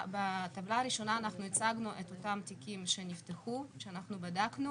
בטבלה הראשונה הצגנו את אותם תיקים שנפתחו שאנחנו בדקנו